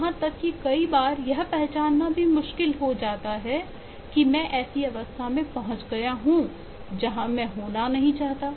यहां तक कि कई बार यह पहचानना भी मुश्किल है कि मैं एक ऐसी अवस्था में पहुँच गया हूँ जहाँ मैं नहीं होना चाहता